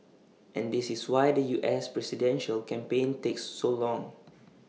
and this is why the U S presidential campaign takes so long